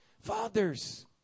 Fathers